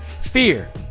Fear